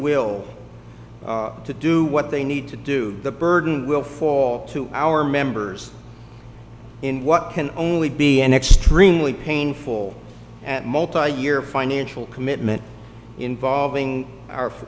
will to do what they need to do the burden will fall to our members in what can only be an extremely painful at multi year financial commitment involving our for